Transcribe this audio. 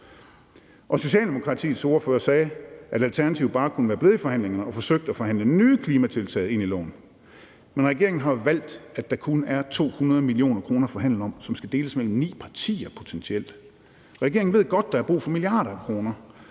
Socialdemokratiets ordfører sagde, at Alternativet bare kunne være blevet i forhandlingerne og forsøgt at forhandle nye klimatiltag ind i loven. Men regeringen har valgt, at der kun er 200 mio. kr. at forhandle om, som skal deles mellem ni partier potentielt. Regeringen ved godt, at der er brug for milliarder af kroner